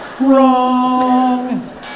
Wrong